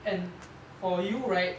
and for you right